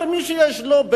אבל מי שיש לו,